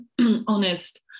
honest